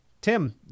Tim